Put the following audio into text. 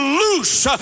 loose